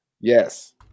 Yes